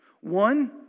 One